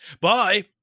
Bye